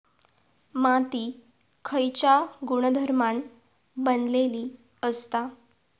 माती खयच्या गुणधर्मान बनलेली असता?